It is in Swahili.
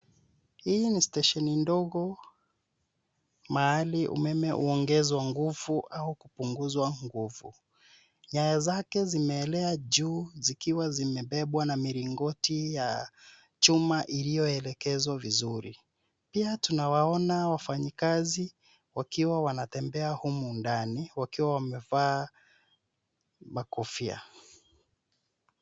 Hii ni stesheni dogo, mahali umeme huongezwa nguvu au kupunguzwa nguvu. Nyaya zake zimeelea juu zikiwa zimebebwa na milingoti ya chuma iliyoelekezwa vizuri. Pia tunawaona wafanyakazi wakiwa wanatembea humu ndani wakiwa wamevaa makofia.